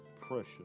precious